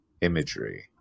imagery